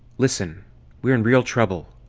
listen we're in real trouble.